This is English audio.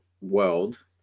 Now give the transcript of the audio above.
world